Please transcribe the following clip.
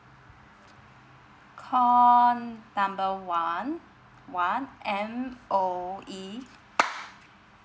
call number one one M_O_E